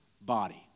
body